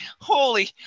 holy